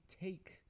take